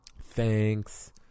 Thanks